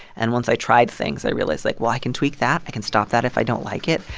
and once i tried things, i realized, like well, i can tweak that i can stop that if i don't like it.